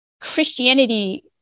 Christianity